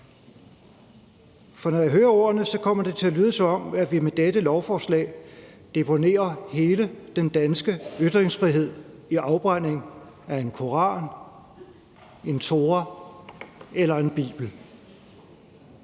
For når jeg hører ordene, kommer det til at lyde, som om vi med dette lovforslag deponerer hele den danske ytringsfrihed i afbrændingen af en koran, en tora eller en bibel.